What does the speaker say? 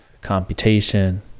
computation